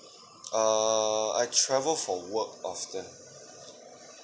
ah I travel for work often